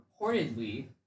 reportedly